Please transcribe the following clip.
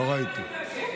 שר הכלכלה מתנגד.